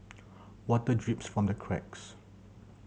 water drips from the cracks